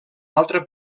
altre